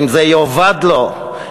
אם זה יאבד לו,